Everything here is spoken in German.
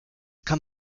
kann